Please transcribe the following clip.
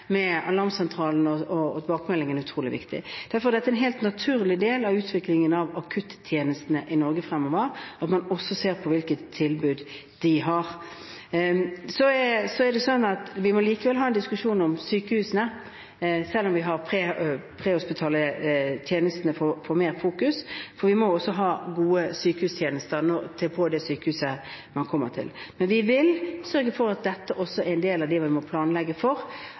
alarmsentralen og tilbakemeldingen er utrolig viktig. Derfor er dette en helt naturlig del av utviklingen av akuttjenestene i Norge fremover, at man også ser på hvilket tilbud de har. Så må vi likevel ha en diskusjon om sykehusene, selv om de prehospitale tjenestene settes mer i fokus, for man må også ha gode sykehustjenester på det sykehuset man kommer til. Men vi vil sørge for at dette også er en del av det vi må planlegge for.